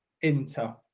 Inter